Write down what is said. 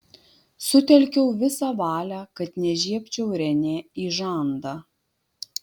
sutelkiau visą valią kad nežiebčiau renė į žandą